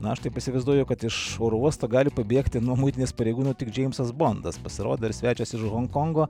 na aš taip įsivaizduoju kad iš oro uosto gali pabėgti nuo muitinės pareigūnų tik džeimsas bondas pasirodo ir svečias iš honkongo